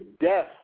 death